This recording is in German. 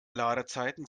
ladezeiten